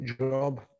job